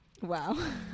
wow